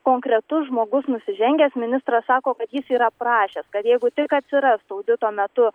konkretus žmogus nusižengęs ministras sako kad jis yra prašęs kad jeigu tik atsiras audito metu